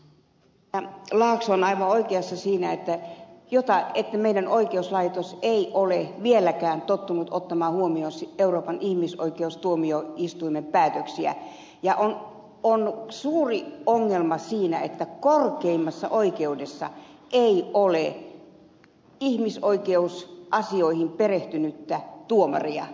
laakso on aivan oikeassa siinä että meidän oikeuslaitoksemme ei ole vieläkään tottunut ottamaan huomioon euroopan ihmisoikeustuomioistuimen päätöksiä ja on suuri ongelma siinä että korkeimmassa oikeudessa ei ole ihmisoikeusasioihin perehtynyttä tuomaria